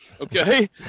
okay